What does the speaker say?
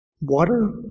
water